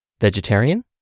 vegetarian